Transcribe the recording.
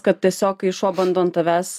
kad tiesiog kai šuo bando ant tavęs